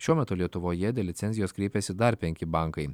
šiuo metu lietuvoje dėl licencijos kreipėsi dar penki bankai